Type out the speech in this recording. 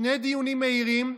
שני דיונים מהירים.